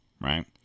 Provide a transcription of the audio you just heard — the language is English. right